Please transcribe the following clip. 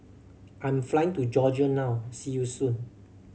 I'm flying to Georgia now see you soon